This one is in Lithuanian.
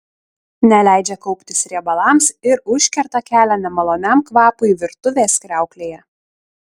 neleidžia kauptis riebalams ir užkerta kelią nemaloniam kvapui virtuvės kriauklėje